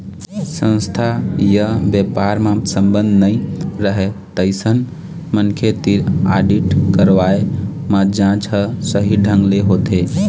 संस्था य बेपार म संबंध नइ रहय तइसन मनखे तीर आडिट करवाए म जांच ह सही ढंग ले होथे